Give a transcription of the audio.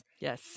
Yes